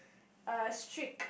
uh strict